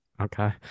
Okay